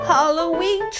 Halloween